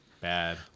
bad